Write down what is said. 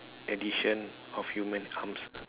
addition of human arms